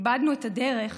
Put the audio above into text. איבדנו את הדרך